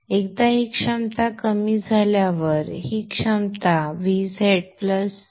एकदा ही क्षमता कमी झाल्यावर ही क्षमता Vz 0